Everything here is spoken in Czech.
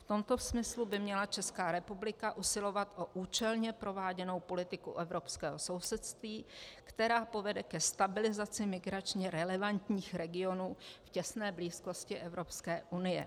V tomto smyslu by měla Česká republika usilovat o účelně prováděnou politiku evropského sousedství, která povede ke stabilizaci migračně relevantních regionů v těsné blízkosti Evropské unie,